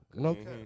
Okay